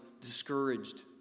discouraged